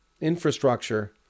infrastructure